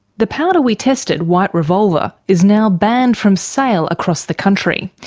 the powder we tested, white revolver, is now banned from sale across the country.